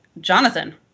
Jonathan